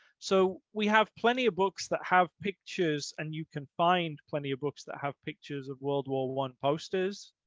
so we have plenty of books that have pictures and you can find plenty of books that have pictures of world war one, posters,